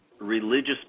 religious